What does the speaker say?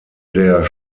der